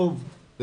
טוב,